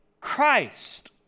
Christ